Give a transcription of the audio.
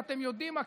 ואתם יודעים מה,